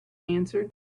answered